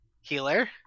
Healer